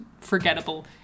forgettable